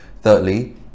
Thirdly